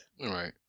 Right